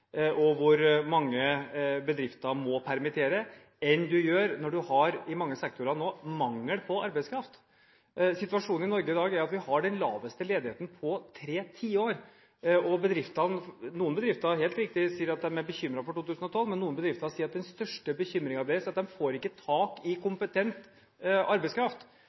og hvor mange bedrifter må permittere, enn du gjør når du i mange sektorer nå har mangel på arbeidskraft. Situasjonen i Norge i dag er at vi har den laveste ledigheten på tre tiår. Noen bedrifter, helt riktig, sier at de er bekymret for 2012, men noen bedrifter sier at den største bekymringen deres er at de ikke får tak i kompetent arbeidskraft.